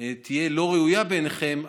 תהיה לא ראויה בעיניכם,